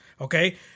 Okay